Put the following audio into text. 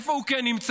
איפה הוא כן נמצא?